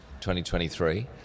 2023